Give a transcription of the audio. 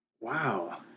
wow